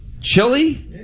Chili